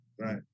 Right